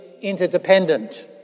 interdependent